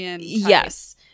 yes